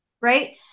Right